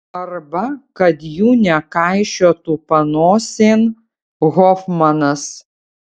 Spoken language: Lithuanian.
arba kad jų nekaišiotų panosėn hofmanas